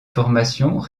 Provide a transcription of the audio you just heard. formations